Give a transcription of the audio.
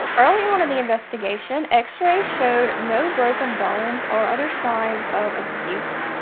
early on in the investigation, x-rays showed no broken bones or other signs of abuse.